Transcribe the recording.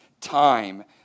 time